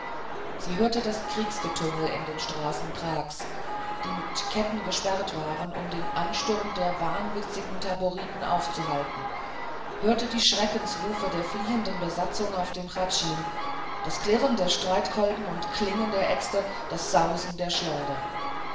sie hörte das kriegsgetümmel in den straßen prags die mit ketten versperrt waren um den ansturm der wahnwitzigen taboriten aufzuhalten hörte die schreckensrufe der fliehenden besatzung auf dem hradschin das klirren der streitkolben und klingen der äxte das sausen der schleudern